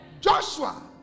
Joshua